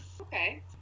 Okay